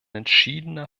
entschiedener